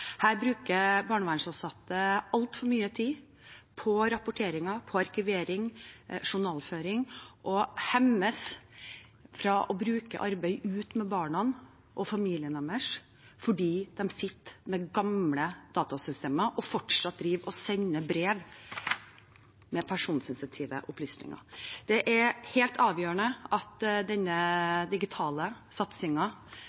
Her bruker barnevernsansatte altfor mye tid på rapporteringer, arkivering og journalføring, og de hemmes i å arbeide ute hos barna og familiene deres fordi de sitter med gamle datasystemer og fortsatt sender brev med personsensitive opplysninger. Det er helt avgjørende at